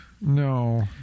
No